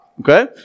Okay